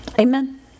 Amen